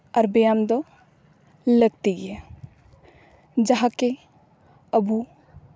ᱟᱨ ᱵᱮᱭᱟᱢ ᱫᱚ ᱞᱟᱹᱠᱛᱤ ᱜᱮᱭᱟ ᱡᱟᱦᱟᱸ ᱠᱮ ᱟᱵᱚ